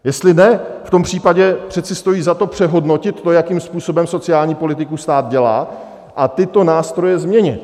Jestli ne, v tom případě přece stojí za to přehodnotit to, jakým způsobem sociální politiku stát dělá, a tyto nástroje změnit.